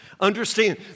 Understand